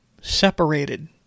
separated